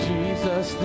Jesus